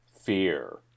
Fear